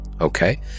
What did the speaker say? Okay